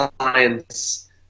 science